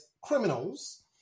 criminals